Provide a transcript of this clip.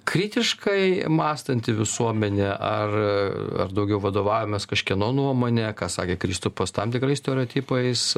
kritiškai mąstanti visuomenė ar ar daugiau vadovaujamės kažkieno nuomone ką sakė kristupas tam tikrais stereotipais